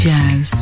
Jazz